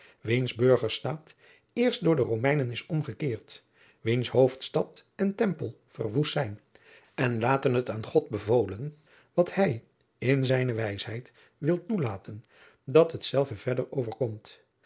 burgerstaat eerst door de romeinen is omgekeerd wiens hoofdstad en tempel verwoest zijn en laten het aan god bevolen wat hij in zijne wijsheid wil toelaten dat hetzelve verder overkomt